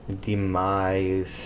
Demise